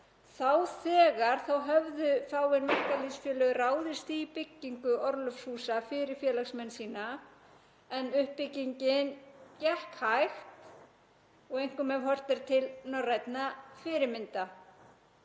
Þá þegar höfðu fáein verkalýðsfélög ráðist í byggingu orlofshúsa fyrir félagsmenn sína en uppbyggingin gekk hægt og einkum ef horft er til norrænna fyrirmynda.